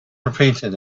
repeated